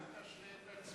אל תשלה את עצמך,